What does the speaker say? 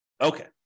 Okay